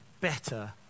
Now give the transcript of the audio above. better